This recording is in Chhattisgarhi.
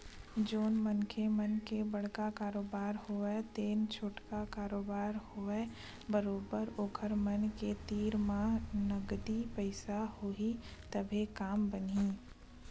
जउन मनखे मन के बड़का कारोबार होवय ते छोटका कारोबार होवय बरोबर ओखर मन के तीर म नगदी पइसा होही तभे काम बनही